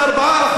1%